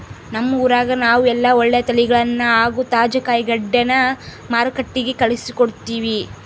ನಮ್ಮ ಊರಗ ನಾವು ಎಲ್ಲ ಒಳ್ಳೆ ತಳಿಗಳನ್ನ ಹಾಗೂ ತಾಜಾ ಕಾಯಿಗಡ್ಡೆನ ಮಾರುಕಟ್ಟಿಗೆ ಕಳುಹಿಸಿಕೊಡ್ತಿವಿ